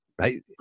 right